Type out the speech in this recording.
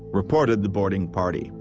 reported the boarding party,